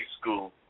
School